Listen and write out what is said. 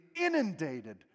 inundated